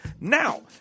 Now